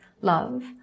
love